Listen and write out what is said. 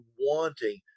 wanting